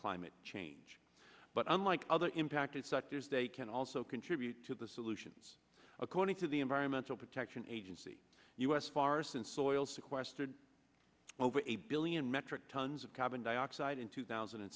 climate change but unlike other impacted such fears they can also contribute to the solutions according to the environmental protection agency s far since oil sequestered over a billion metric tons of carbon dioxide in two thousand and